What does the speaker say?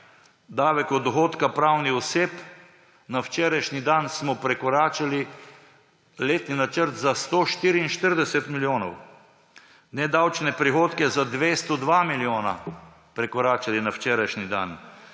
Davek od dohodka pravnih oseb, na včerajšnji dan smo prekoračili letni načrt za 144 milijonov, nedavčne prihodke za 202 milijona prekoračili na včerajšnji dan,